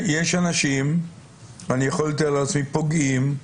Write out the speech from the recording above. אני יכול לתאר לעצמי שיש אנשים פוגעים,